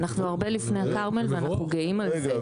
אנחנו הרבה לפני הכרמל ואנחנו גאים על זה.